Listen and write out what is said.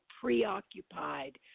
preoccupied